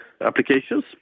Applications